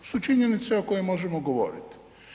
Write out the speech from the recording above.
To su činjenice o kojima možemo govoriti.